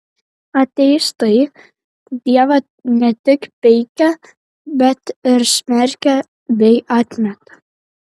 ateistai dievą ne tik peikia bet ir smerkia bei atmeta